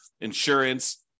insurance